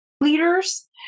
leaders